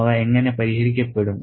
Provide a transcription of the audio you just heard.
അവ എങ്ങനെ പരിഹരിക്കപ്പെടും